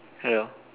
hello